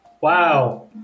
wow